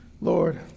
Lord